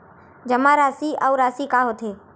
जमा राशि अउ राशि का होथे?